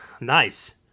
nice